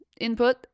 input